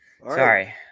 Sorry